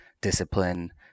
discipline